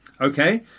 okay